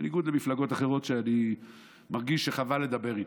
בניגוד למפלגות אחרות, שאני מרגיש שחבל לדבר איתן,